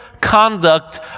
Conduct